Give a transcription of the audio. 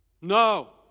No